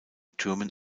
türmen